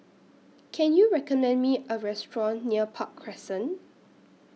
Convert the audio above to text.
Can YOU recommend Me A Restaurant near Park Crescent